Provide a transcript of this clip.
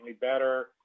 better